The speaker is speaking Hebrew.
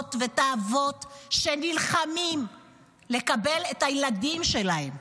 האימהות ואת האבות שנלחמים לקבל את הילדים שלהם.